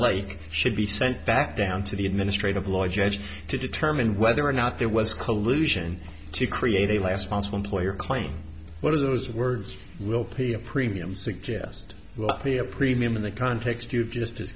ake should be sent back down to the administrative law judge to determine whether or not there was collusion to create a last possible player claim one of those words will pay a premium suggest likely a premium in the context you just